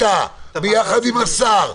אתה ביחד עם השר,